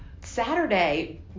saturday